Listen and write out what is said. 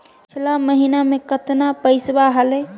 पिछला महीना मे कतना पैसवा हलय?